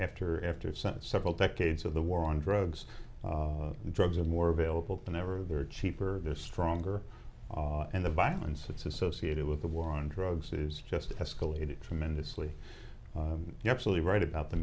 after after some several decades of the war on drugs drugs are more available than ever they're cheaper they're stronger and the violence that's associated with the war on drugs is just escalated tremendously you absolutely right about the